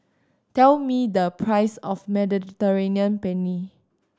tell me the price of Mediterranean Penne